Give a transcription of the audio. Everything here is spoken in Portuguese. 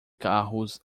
carros